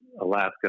Alaska